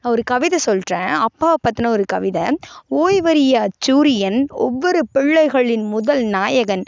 ஒரு கவிதை சொல்கிறேன் அப்பாவை பற்றின ஒரு கவிதை ஓய்வறியாச் சூரியன் ஒவ்வொரு பிள்ளைகளின் முதல் நாயகன்